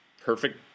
Perfect